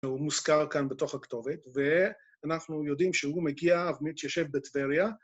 ‫הוא מוזכר כאן בתוך הכתובת, ‫ואנחנו יודעים שהוא מגיע, ‫הוא מתיישב בטבריה.